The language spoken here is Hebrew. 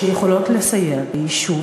שיכולות לסייע ביישוב